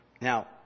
Now